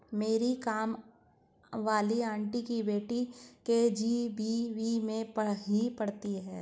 मेरी काम वाली आंटी की बेटी के.जी.बी.वी में ही पढ़ती है